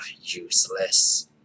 useless